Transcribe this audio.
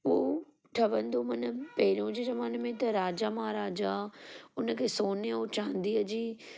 उहो ठवंदो मन पहिरें जे ज़माने में त राजा महाराजा उनखे सोने ऐं चांदीअ जी